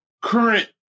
current